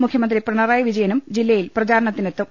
മുഖ്യമന്ത്രി പിണറായി വിജയനും ജില്ലയിൽ പ്രചാരണത്തിനെത്തും